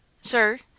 Sir